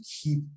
keep